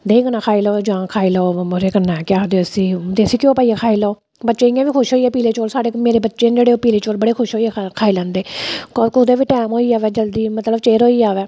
देही कन्ने खाई लैओ जां खाई लैओ ओह्दे कन्नै केह् आखदे उसी देसी घ्यो कन्नै खाई लैओ बच्चे इयां बी खुश होइयै पीले चौल स्हाड़े मेरे बच्चे न जेह्ड़े पीले चौल खुश होइयै खाई लैंदे कुदे बी टैम होई जावे जल्दी मतलब चिर होई जावे